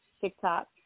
TikTok